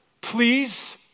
please